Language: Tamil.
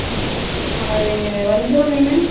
ஆ அது வஞ்சிரம் மீன்